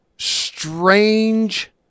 strange